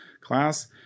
class